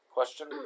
Question